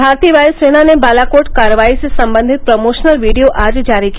भारतीय वायुसेना ने बालाकोट कार्रवाई से संबंधित प्रमोशनल वीडियो आज जारी किया